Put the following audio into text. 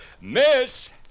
Miss